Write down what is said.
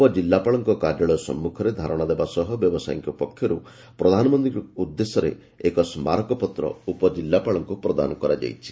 ଉପଜିଲ୍ଲାପାଳଙ୍କ କାର୍ଯ୍ୟାଳୟ ସମ୍ମୁଖରେ ଧାରଶା ଦେବା ସହ ବ୍ୟବସାୟୀଙ୍କ ପକ୍ଷରୁ ପ୍ରଧାନମନ୍ତୀଙ୍କ ଉଦ୍ଦେଶ୍ୟଷର ଏକ ସ୍କାରକପତ୍ର ଉପଜିଲ୍ଲାପାଳଙ୍କୁ ପ୍ରଦାନ କରାଯାଇଛି